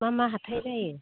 मा मा हाथाइ जायो